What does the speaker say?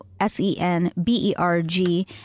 S-E-N-B-E-R-G